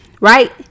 right